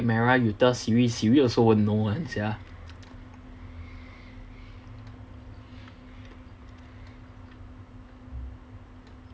merah you tell siri siri also won't know [one] sia